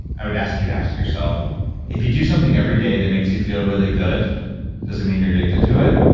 i would ask you to ask yourself if you do something every day that makes you feel really good does it mean you're addicted to it?